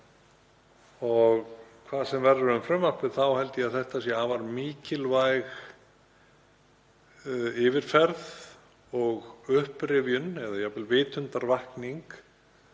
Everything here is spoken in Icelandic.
Og hvað sem verður um frumvarpið þá held ég að þetta sé afar mikilvæg yfirferð og upprifjun eða jafnvel vitundarvakning